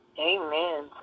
Amen